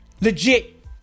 Legit